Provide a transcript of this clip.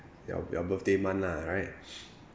your your birthday month lah right